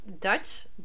Dutch